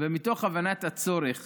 ומתוך הבנת הצורך